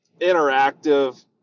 interactive